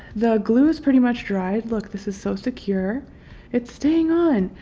the glue is pretty much dry. look, this is so secure it's staying on!